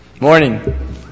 Morning